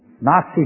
Nazi